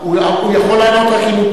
הוא יכול לענות אם הוא פה.